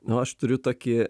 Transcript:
o aš turiu tokį